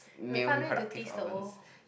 is a fun way to tease the old